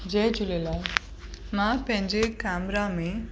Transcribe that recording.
जय झूलेलाल मां पंहिंजे कैमरा में